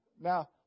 Now